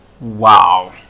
Wow